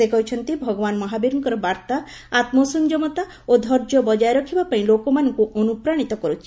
ସେ କହିଛନ୍ତି ଭଗବାନ ମହାବୀରଙ୍କର ବାର୍ତ୍ତା ଆତ୍ମସଂଯମତା ଓ ଧୈର୍ଯ୍ୟ ବଜାୟ ରଖିବା ପାଇଁ ଲୋକମାନଙ୍କୁ ଅନୁପ୍ରାଣୀତ କରୁଛି